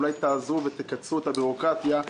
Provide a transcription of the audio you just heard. אולי תעזרו ותקצרו את הבירוקרטיה?